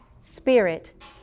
spirit